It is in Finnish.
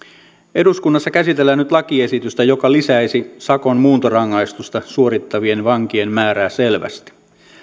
eduskunnassa käsitellään nyt lakiesitystä joka lisäisi sakon muuntorangaistusta suorittavien vankien määrää selvästi